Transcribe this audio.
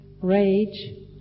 rage